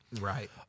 right